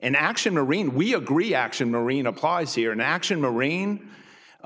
an action marine we agree action marine applies here and action moraine